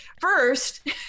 first